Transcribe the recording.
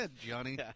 Johnny